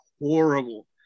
horrible